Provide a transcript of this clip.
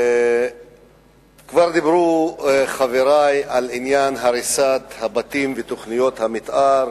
כבר דיברו חברי על עניין הריסת הבתים ותוכניות המיתאר